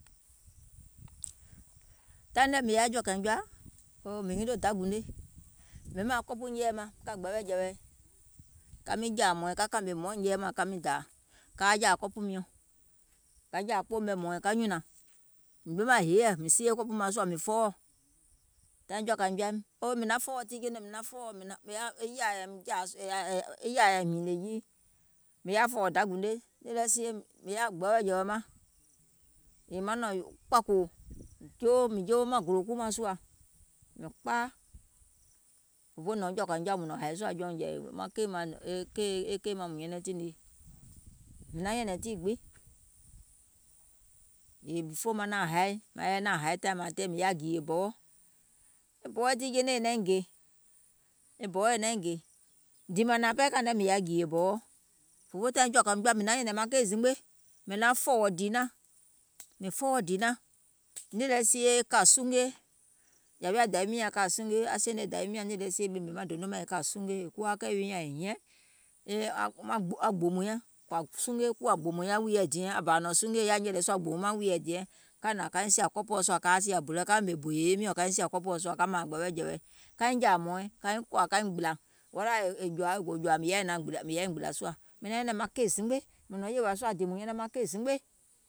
Taìŋ nɛ mìŋ yaȧ jɔ̀ȧkȧiŋ jɔa, oo, mìŋ nyɛnɛŋ da gùne, mìŋ ɓemȧŋ kɔpù nyɛɛ̀ɛ maŋ ka kȧ gbɛɛwɛ̀ jɛ̀wɛ̀i, ka miŋ jȧȧ hmɔ̀ɔ̀iŋ ka kȧmè hmɔɔ̀ŋ nyɛɛ̀ɛ̀ maŋ ka miŋ dàȧ kaa jȧȧ kɔpù miɔ̀ŋ, ka jȧȧ kpoò mɛ̀ hmɔ̀ɔ̀iŋ ka nyùnȧŋ, mìŋ ɓemȧŋ heiɛ̀ mìŋ sia kɔpù maŋ sùȧ mìŋ fɔɔwɔ̀, tȧìŋ jɔ̀ȧkȧiŋ jɔaim mìŋ fɔɔwɔ, mìŋ fɔɔwɔ̀ tiŋ jeiŋ ne, e yȧȧ yȧìm hìnìè jii mìŋ yaȧ fɔ̀ɔ̀wɔ̀ da gùne, mìŋ yaȧ gbɛɛwɛ̀jɛ̀wɛ̀ maŋ, yèè maŋ nɔ̀ŋ kpȧkòò, mìŋ jowo gòlo kuu mȧŋ sùȧ mìŋ kpaa, òfoo nɔ̀ŋ jɔ̀ȧkàiŋ jɔa mùŋ hȧì sùȧ jɔùŋ jɛ̀i maŋ keì maŋ è nyɛnɛŋ tiŋ nii, mìŋ naŋ nyɛ̀nɛ̀ŋ tii gbiŋ, yèè before maŋ yɛi naȧŋ haì mìŋ yaȧ gèèyè bɔwɔ, e bɔwɔɛ̀ tiŋ jeiŋ ne è naiŋ gè, e bɔwɔɛ̀ è naiŋ gè, dììmȧȧnȧaŋ kȧìŋ nɛ mìŋ yaȧ gèèyè bɔwɔ, fòfoo tàìŋ jɔ̀ȧkȧìŋ jɔa mìŋ nȧŋ nyɛ̀nɛ̀ŋ maŋ keì zimgbe, mìŋ naŋ fɔ̀ɔ̀wɔ̀ dììnaŋ, mìŋ fɔɔwɔ̀ dììnaŋ, nìi lɛ sie è kȧ sungie, yȧwi dȧwiim a kȧ sungie, aŋ sèène dȧwiim nyȧŋ nìì lɛ sie e ɓèmè maŋ dono wi mȧŋ e kȧ sungie, è kuwo kɛì wi nyȧŋ e hiɛ̀ŋ, e nyùnȧŋ eiŋ jè.